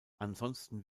ansonsten